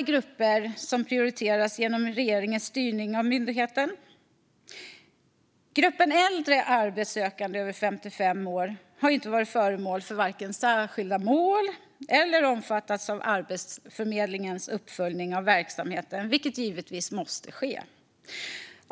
grupper i sin styrning av myndigheten. Gruppen arbetssökande över 55 år har varken varit föremål för särskilda mål eller omfattats av Arbetsförmedlingens uppföljning av verksamheten, vilket givetvis måste ske.